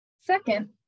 Second